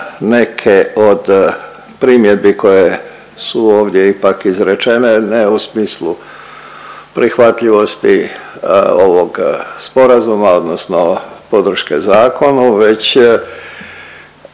neke od primjedbi koje su ovdje ipak izračene, ne u smislu prihvatljivosti ovog sporazuma odnosno podrške zakonu već